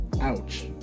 Ouch